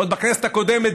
עוד בכנסת הקודמת,